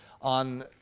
on